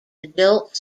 adult